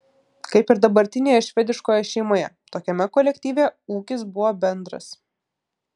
kaip ir dabartinėje švediškoje šeimoje tokiame kolektyve ūkis buvo bendras